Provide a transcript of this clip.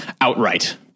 outright